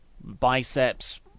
biceps